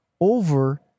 over